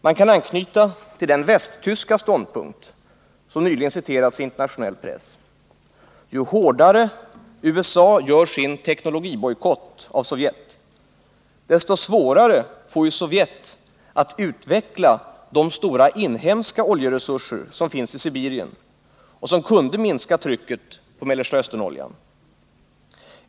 Man kan anknyta till den västtyska ståndpunkt som nyligen citerats i internationell press: Ju hårdare USA gör sin teknologibojkott av Sovjet, desto svårare får ju Sovjet att utveckla de stora inhemska oljeresurser som finns i Sibirien och som kunde minska trycket på Mellersta Östern-oljan.